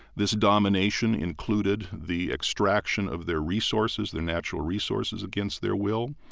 this domination included the extraction of their resources, their natural resources, against their will.